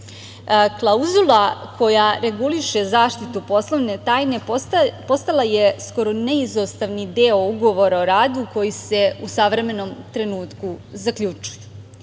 koja reguliše zaštitu poslovne tajne postala je skoro neizostavni deo ugovora o radu koji se u savremenu trenutku zaključuju.